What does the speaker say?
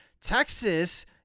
Texas